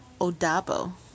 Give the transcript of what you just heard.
Odabo